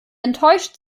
enttäuscht